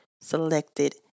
selected